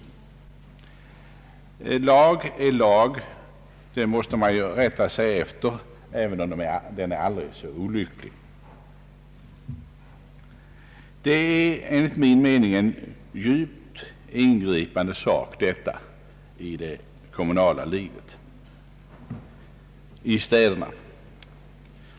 Lag är lag. Den måste man rätta sig efter även om den är aldrig så olycklig. Detta förslag innebär enligt min mening ett djupt ingripande i det kommunala livet i städerna.